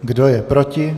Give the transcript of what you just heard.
Kdo je proti?